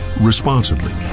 responsibly